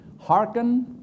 hearken